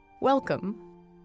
Welcome